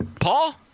Paul